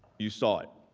you saw it.